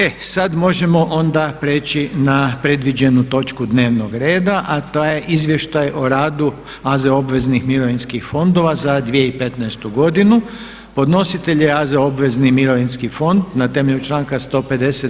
E sada možemo onda preći na predviđenu točku dnevnog reda a to je: - Izvještaj o radu AZ obveznih mirovinskih fondova za 2015. godinu Podnositelj: AZ obvezni mirovinski fond Na temelju članka 150.